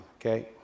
okay